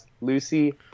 Lucy